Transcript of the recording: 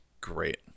Great